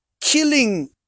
killing